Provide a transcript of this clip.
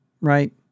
right